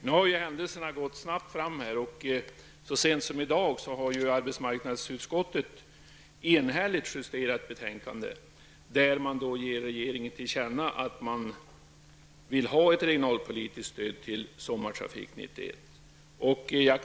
Nu har händelserna gått snabbt framåt, och så sent som i dag har ju arbetsmarknadsutskottet enhälligt justerat ett betänkande där man ger regeringen till känna att man vill ha ett regionalpolitiskt stöd till sommartrafiken 1991.